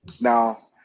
Now